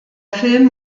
film